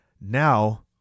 now